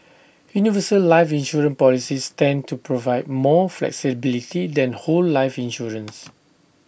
universal life insurance policies tend to provide more flexibility than whole life insurance